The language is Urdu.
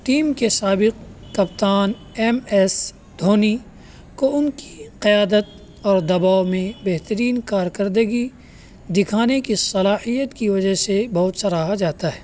ٹیم کے سابق کپتان ایم ایس دھونی کو ان کی قیادت اور دباؤ میں بہترین کارکردگی دکھانے کے صلاحیت کی وجہ سے بہت سراہا جاتا ہے